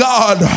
God